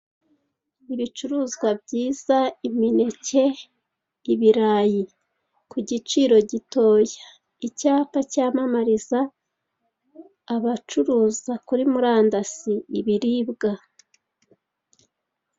Ibicuruzwa byiza imineke, ibirayi ku giciro gitoya. Icyapa cyamamariza abacuruza kuri murandasi ibiribwa.